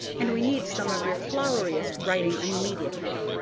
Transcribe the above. and we need some of your floweriest writing immediately.